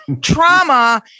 Trauma